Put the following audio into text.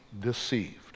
deceived